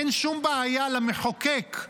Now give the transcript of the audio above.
אין שום בעיה למחוקק,